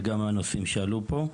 וגם לנושאים שעלו פה.